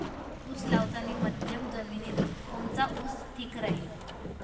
उस लावतानी मध्यम जमिनीत कोनचा ऊस ठीक राहीन?